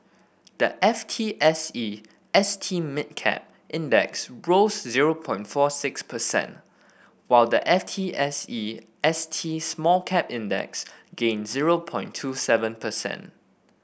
the F T S E S T Mid Cap Index rose zero point fore six percent while the F T S E S T Small Cap Index gained zero point two seven percent